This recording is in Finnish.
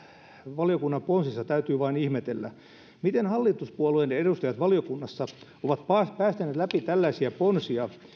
valiokunnan ponsissa täytyy vain ihmetellä miten hallituspuolueiden edustajat valiokunnassa ovat päästäneet läpi tällaisia ponsia